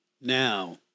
Now